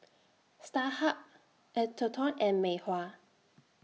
Starhub Atherton and Mei Hua